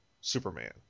Superman